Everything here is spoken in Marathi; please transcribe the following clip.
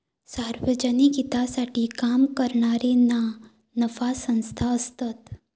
सार्वजनिक हितासाठी काम करणारे ना नफा संस्था असतत